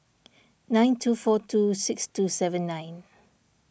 nine two four two six two seven nine